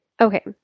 Okay